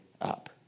up